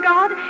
God